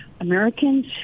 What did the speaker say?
Americans